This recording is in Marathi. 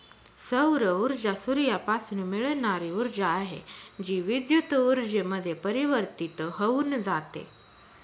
सौर ऊर्जा सूर्यापासून मिळणारी ऊर्जा आहे, जी विद्युत ऊर्जेमध्ये परिवर्तित होऊन जाते